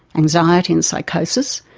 anxiety and psychosis.